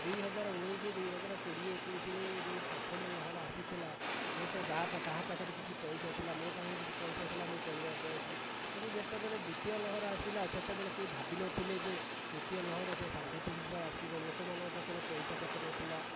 ଦୁଇହଜାର ଉଣେଇଶ ଦୁଇହଜାର କୋଡ଼ିଏ ଏକୋଇଶରେ ଯେଉଁ ପ୍ରଥମ ଲହର ଆସିଥିଲା ହୁଏତ ଯାହା କାହା ପାଖରେ କିଛି ପଇସା ଥିଲା ମୋ' ପାଖରେ କିଛି ପଇସା ଥିଲା ମୁଁ ପରିବାର ଚଳାଇଥିଲି କିନ୍ତୁ ଯେତେବେଳେ ଦ୍ଵିତୀୟ ଲହର ଆସିଲା ସେତେବେଳେ କେହି ଭାବି ନଥିଲେ ଯେ ତୃତୀୟ ଲହର ଯେ ସାଙ୍ଘାତିକ ହିସାବରେ ଆସିବ ଲୋକମାନଙ୍କ ପାଖରେ ପଇସା ପତ୍ର ନଥିଲା